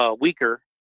weaker